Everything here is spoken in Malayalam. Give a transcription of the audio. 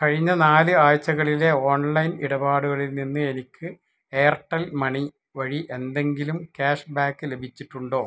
കഴിഞ്ഞ നാല് ആഴ്ച്ചകളിലെ ഓൺലൈൻ ഇടപാടുകളിൽ നിന്ന് എനിക്ക് എയർടെൽ മണി വഴി എന്തെങ്കിലും ക്യാഷ്ബാക്ക് ലഭിച്ചിട്ടുണ്ടോ